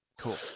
Cool